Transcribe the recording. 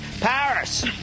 Paris